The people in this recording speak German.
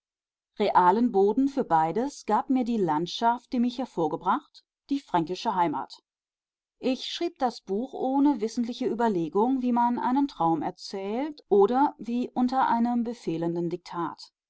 realen boden für beides gab mir die landschaft die mich hervorgebracht die fränkische heimat ich schrieb das buch ohne wissentliche überlegung wie man einen traum erzählt oder wie unter einem befehlenden diktat